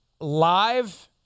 live